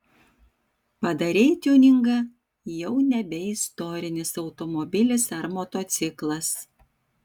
padarei tiuningą jau nebe istorinis automobilis ar motociklas